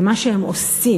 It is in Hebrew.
במה שהם עושים.